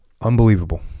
Unbelievable